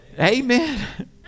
Amen